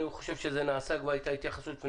אני חושב שזה כבר נעשה והייתה התייחסות לפני